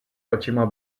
očima